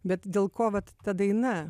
bet dėl ko vat ta daina